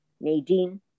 Nadine